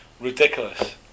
ridiculous